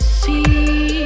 see